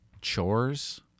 chores